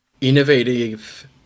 innovative